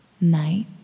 night